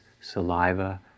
saliva